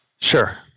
Sure